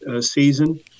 season